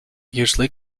usually